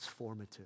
transformative